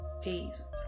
Peace